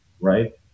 right